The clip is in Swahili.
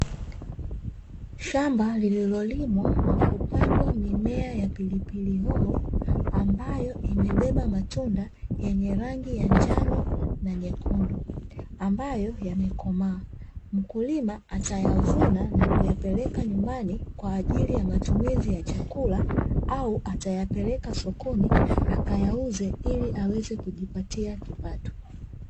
Shamba lililolimwa na kupandwa mimea ya pilipili hoho, na kubeba matunda yenye rangi ya njano na nyekundu, ambayo yamekomaa, mkulima atayavuna na kuyapeleka nyumbani kwa ajili ya mayumizi ya chakula, au atayapeleka sokoni ili aweze kuyavuna na kujipatia kipato.